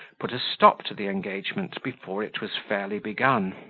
put a stop to the engagement before it was fairly begun.